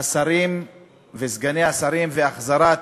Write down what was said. השרים וסגני השרים והחזרת